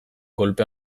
kolpe